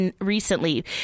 recently